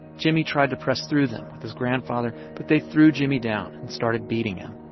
jimmie tried to press through them with his grandfather, but they threw jimmie down and started beating him.